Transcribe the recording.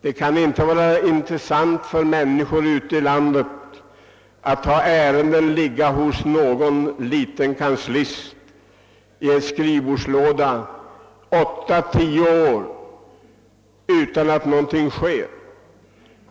Det kan inte vara tillfredsställande för människor ute i landet att ha sina ärenden liggande i någon liten kanslists skrivbordslåda i åtta, tio år utan att någonting händer.